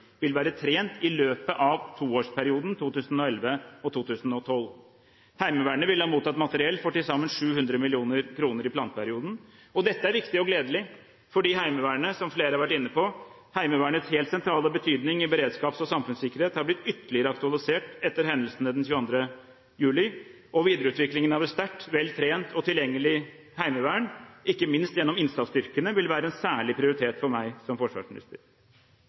vil være trent i løpet av toårsperioden 2011–2012. Heimevernet vil ha mottatt materiell for til sammen 700 mill. kr i planperioden. Dette er viktig og gledelig, fordi – som flere har vært inne på – Heimevernets helt sentrale betydning i beredskaps- og samfunnssikkerhet har blitt ytterligere aktualisert etter hendelsene den 22. juli. Videreutviklingen av et sterkt, vel trent og tilgjengelig heimevern, ikke minst gjennom innsatsstyrkene, vil være en særlig prioritet for meg som forsvarsminister.